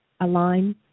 align